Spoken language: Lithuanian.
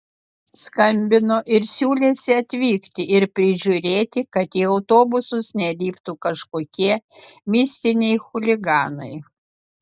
skambino ir siūlėsi atvykti ir prižiūrėti kad į autobusus neliptų kažkokie mistiniai chuliganai